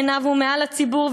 בעיניו הוא מעל הציבור,